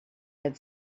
had